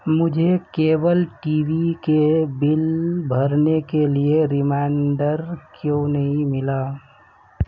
مجھے cable T V کے bill بھرنے کے لیے ریمائنڈر کیوں نہیں ملا